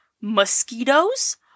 mosquitoes